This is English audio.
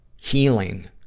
healing